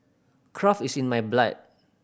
craft is in my blood